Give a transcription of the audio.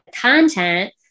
content